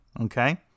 okay